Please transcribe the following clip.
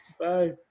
Bye